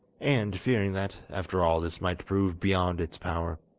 and fearing that, after all, this might prove beyond its power.